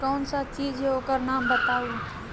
कौन सा चीज है ओकर नाम बताऊ?